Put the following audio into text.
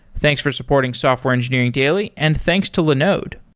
thanks for supporting software engineering daily, and thanks to linode